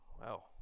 wow